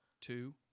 two